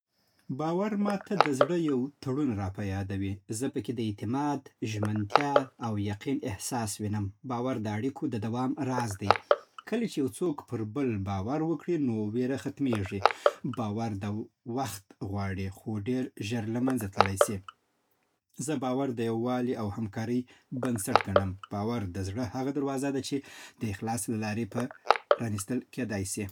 باور ماته د زړه یو تړون راپه یادوي. زه پکې د اعتماد، ژمنتیا او یقین احساس وینم. باور د اړیکو د دوام راز دی. کله چې یو څوک پر بل باور وکړي، نو وېره ختمېږي. باور وخت غواړي، خو ډېر ژر له‌منځه تللی شي. زه باور د یووالي او همکارۍ بنسټ ګڼم. باور د زړه هغه دروازه ده چې د اخلاص له لارې پرانېستل کېږي.